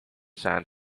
sand